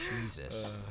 Jesus